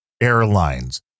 Airlines